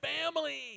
family